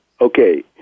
okay